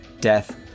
death